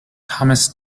thomas